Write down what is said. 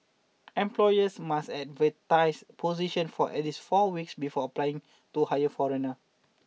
employers must advertise positions for at least four weeks before applying to hire foreigner